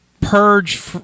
purge